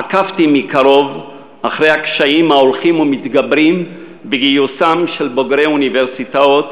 עקבתי מקרוב אחרי הקשיים ההולכים ומתגברים בגיוס בוגרי אוניברסיטאות